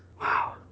Wow